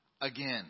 again